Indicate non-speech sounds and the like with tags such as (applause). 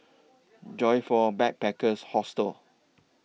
(noise) Joyfor Backpackers' Hostel